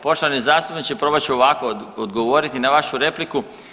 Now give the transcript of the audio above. Poštovani zastupniče probat ću ovako odgovoriti na vašu repliku.